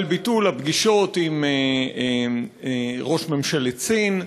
על ביטול הפגישות עם ראש ממשלת סין,